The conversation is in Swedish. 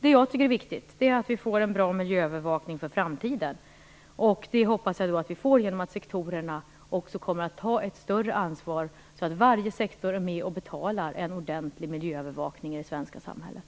Det som jag tycker är viktigt är att vi får en bra miljöövervakning för framtiden, och det hoppas jag att vi får genom att sektorerna kommer att ta ett större ansvar, så att varje sektor är med och betalar en ordentlig miljöövervakning i det svenska samhället.